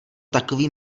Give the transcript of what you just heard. takový